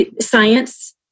Science